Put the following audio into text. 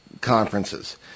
conferences